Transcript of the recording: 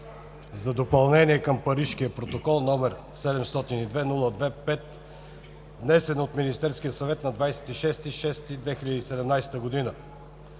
за допълнение към Парижкия протокол, № 702-02-5, внесен от Министерския съвет на 26 юни 2017 г.